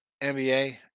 NBA